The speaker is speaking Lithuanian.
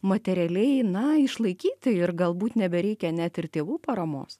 materialiai na išlaikyti ir galbūt nebereikia net ir tėvų paramos